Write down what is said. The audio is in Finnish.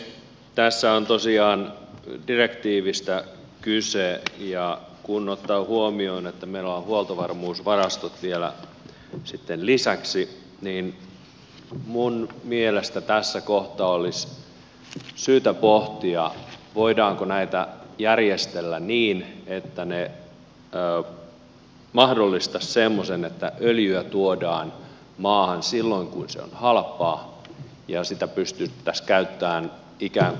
tässä on tosiaan direktiivistä kyse ja kun ottaa huomioon että meillä on huoltovarmuusvarastot vielä sitten lisäksi niin minun mielestäni tässä kohtaa olisi syytä pohtia voidaanko näitä järjestellä niin että ne mahdollistaisivat semmoisen että öljyä tuodaan maahan silloin kun se on halpaa ja sitä pystyttäisiin käyttämään ikään kuin puskurina